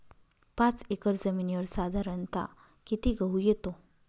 पाच एकर जमिनीवर साधारणत: किती गहू येतो?